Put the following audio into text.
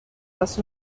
دست